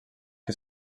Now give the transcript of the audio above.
que